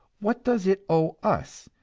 what does it owe us,